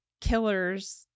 killers